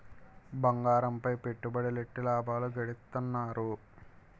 బంగారంపై పెట్టుబడులెట్టి లాభాలు గడిత్తన్నారు